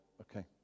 Okay